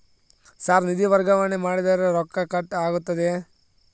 Sir ನಿಧಿ ವರ್ಗಾವಣೆ ಮಾಡಿದರೆ ರೊಕ್ಕ ಕಟ್ ಆಗುತ್ತದೆಯೆ?